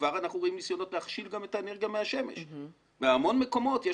כבר אנחנו רואים ניסיונות להכשיל גם את האנרגיה מהשמש ובהמון מקומות יש